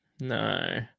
No